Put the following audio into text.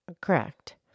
Correct